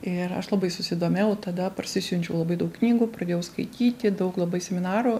ir aš labai susidomėjau tada parsisiunčiau labai daug knygų pradėjau skaityti daug labai seminarų